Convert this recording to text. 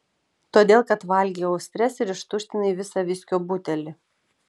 todėl kad valgei austres ir ištuštinai visą viskio butelį